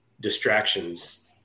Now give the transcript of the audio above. distractions